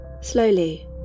Slowly